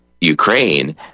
Ukraine